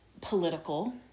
political